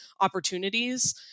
opportunities